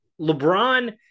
LeBron